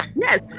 yes